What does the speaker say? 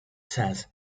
says